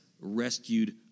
rescued